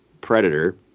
Predator